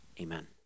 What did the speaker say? Amen